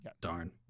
darn